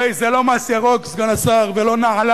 הרי זה לא מס ירוק, סגן השר, ולא נעליים,